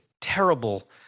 terrible